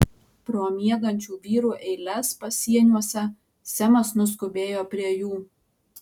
pro miegančių vyrų eiles pasieniuose semas nuskubėjo prie jų